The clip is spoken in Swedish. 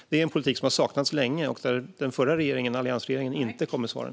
Detta är en politik som har saknats länge och där alliansregeringen inte kom med svaren.